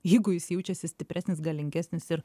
jeigu jis jaučiasi stipresnis galingesnis ir